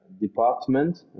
department